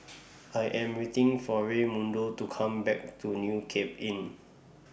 I Am waiting For Raymundo to Come Back from New Cape Inn